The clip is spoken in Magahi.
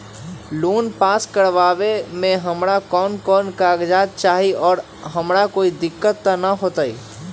लोन पास करवावे में हमरा कौन कौन कागजात चाही और हमरा कोई दिक्कत त ना होतई?